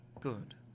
good